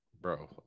bro